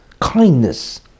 kindness